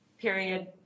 period